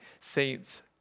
saints